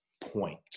point